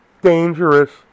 Dangerous